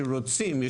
שרוצים.